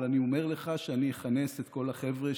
אבל אני אומר לך שאני אכנס את כל החבר'ה,